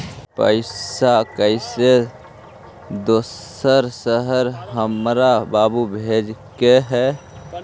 पैसा कैसै दोसर शहर हमरा बाबू भेजे के है?